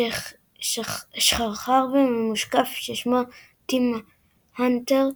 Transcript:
שחרחר וממושקף, ששמו טים האנטר,